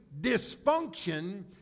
dysfunction